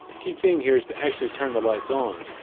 key thing here is to actually turn the lights on,